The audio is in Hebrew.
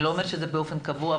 אני לא אומרת שזה באופן קבוע,